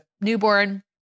newborn